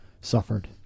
suffered